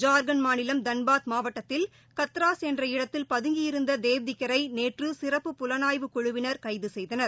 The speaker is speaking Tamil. ஜார்க்கண்ட் மாநிலம் தன்பாத் மாவட்டத்தில் கத்ராஸ் என்ற இடத்தில் பதுங்கி இருந்த தேவ்திக்கரை நேற்று சிறப்பு புலனாய்வுக் குழுவினர் கைது செய்தனர்